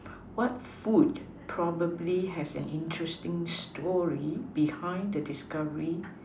what food probably has an interesting story behind the discovery